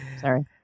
Sorry